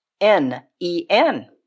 n-e-n